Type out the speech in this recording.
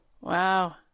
Wow